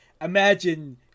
imagine